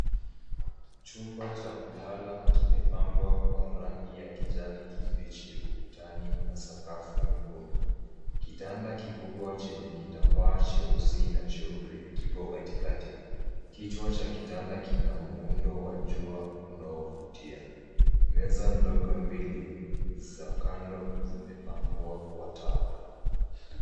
Chumba cha kulala kimepambwa kwa rangi ya kijani kibichi ukutani na sakafu nyekundu. Kitanda kikubwa chenye kitambaa cheusi na cheupe kipo katikati. Kichwa cha kitanda kina muundo wa jua unaovutia. Meza ndogo mbili za kando zimepambwa kwa taa.